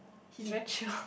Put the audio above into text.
he's very chill